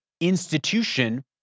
institution